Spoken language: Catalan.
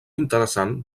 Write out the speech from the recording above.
interessant